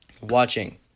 watching